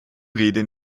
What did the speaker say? rede